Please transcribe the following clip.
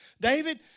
David